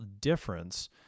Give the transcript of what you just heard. difference